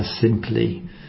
simply